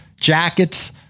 jackets